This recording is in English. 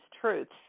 truths